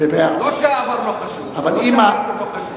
לא שהעבר לא חשוב, לא, לא חשובים.